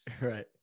right